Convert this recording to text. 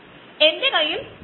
അതും കൂടുതൽ അളവിൽ അത് നല്ലതല്ല